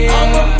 I'ma